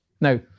Now